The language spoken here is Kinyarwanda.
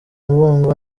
mbungo